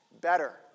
Better